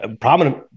prominent